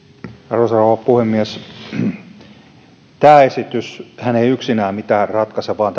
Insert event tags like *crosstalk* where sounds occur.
arvoisa rouva puhemies tämä esityshän ei yksinään mitään ratkaise vaan *unintelligible*